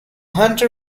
hunter